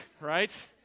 right